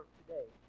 today